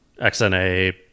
XNA